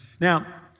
Now